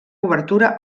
obertura